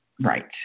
Right